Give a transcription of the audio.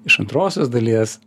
iš antrosios dalies